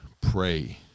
pray